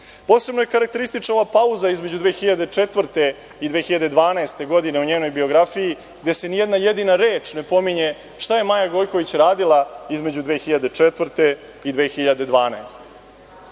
Posebno je karakteristična ova pauza između 2004. i 2012. godine u njenoj biografiji, gde se ni jedna jedina reč ne pominje šta je Maja Gojković radila između 2004. i 2012.